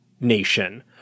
nation